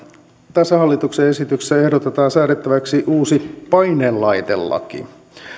tässä hallituksen esityksessä ehdotetaan säädettäväksi uusi painelaitelaki